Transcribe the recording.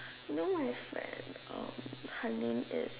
you know my friend um her name is